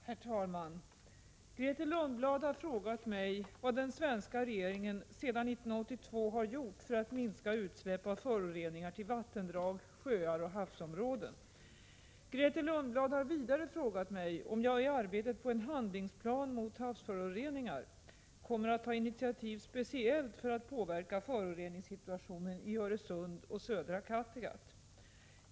Herr talman! Grethe Lundblad har frågat mig vad svenska regeringen sedan 1982 gjort för att minska utsläpp av föroreningar till vattendrag, sjöar och havsområden. Grethe Lundblad har vidare frågat mig om jag i arbetet på en handlingsplan mot havsföroreningar kommer att ta initiativ speciellt för att påverka föroreningssituationen i Öresund och södra Kattegatt.